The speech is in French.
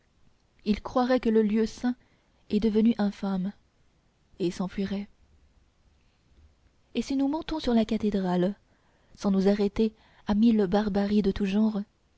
il croirait que le lieu saint est devenu infâme et s'enfuirait et si nous montons sur la cathédrale sans nous arrêter à mille barbaries de tout genre